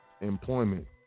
employment